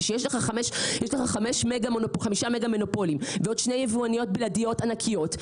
כי כשיש לך חמישה מגה מונופולים ועוד שתי יבואניות בלעדיות ענקיות,